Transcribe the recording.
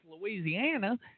Louisiana